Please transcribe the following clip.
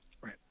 Right